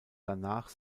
danach